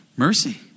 mercy